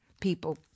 people